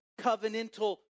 covenantal